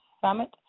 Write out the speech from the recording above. Summit